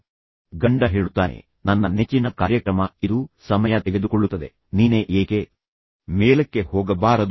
ಈಗ ಗಂಡ ಹೇಳುತ್ತಾನೆ ಆದರೆ ನನ್ನ ನೆಚ್ಚಿನ ಕಾರ್ಯಕ್ರಮ ನಡೆಯುತ್ತಿದೆ ಇದು ಸಮಯ ತೆಗೆದುಕೊಳ್ಳುತ್ತದೆ ನೀನೆ ಏಕೆ ಮೇಲಕ್ಕೆ ಹೋಗಬಾರದು